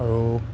আৰু